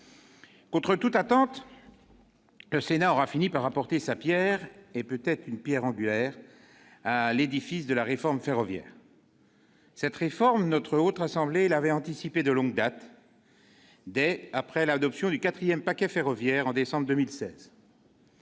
contre toute attente, le Sénat aura fini par apporter sa pierre, et peut-être une pierre angulaire, à l'édifice de la réforme ferroviaire. Cette réforme, la Haute Assemblée l'avait anticipée de longue date. Dès après l'adoption du quatrième paquet ferroviaire, en décembre 2016,